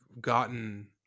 gotten